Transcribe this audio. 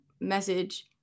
message